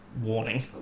Warning